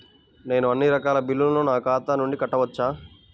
నేను అన్నీ రకాల బిల్లులను నా ఖాతా నుండి కట్టవచ్చా?